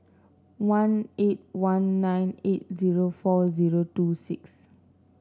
one eight one nine eight zero four zero two six